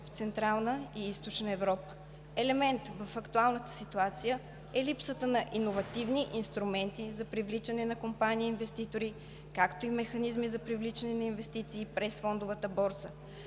в Централна и Източна Европа. Елемент в актуалната ситуация е липсата на иновативни инструменти за привличане на компании-инвеститори, както и механизми за привличане на инвестиции през фондовата борса.